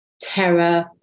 terror